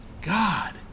God